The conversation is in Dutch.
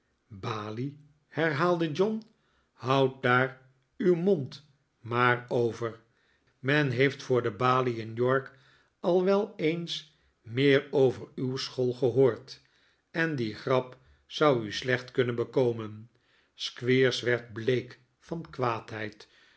balie herhaalde john houd daar uw mond maar over men heeft voor de balie in york al wel eens meer over uw school gehoord en die grap zou u slecht kunnen bekomen squeers werd bleek van kwaadheid